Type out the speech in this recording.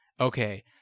Okay